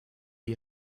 you